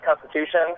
Constitution